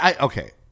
okay